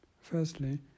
Firstly